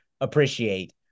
appreciate